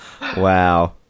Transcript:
Wow